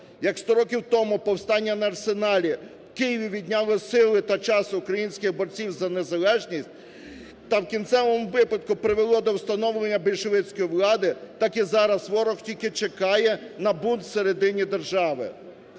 Як сто років тому повстання на "Арсеналі" в Києві відняло сили та час українських борців за незалежність та в кінцевому випадку привело до встановлення більшовицької влади, так і зараз ворог тільки чекає на бунт в середині держави.